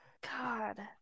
God